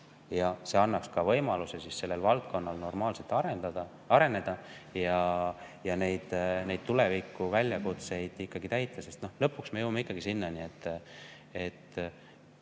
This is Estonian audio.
See annaks ka võimaluse sellel valdkonnal normaalselt areneda ja neid tuleviku väljakutseid ikkagi täita. Sest lõpuks me jõuame sinnani,